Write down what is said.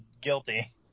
guilty